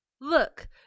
Look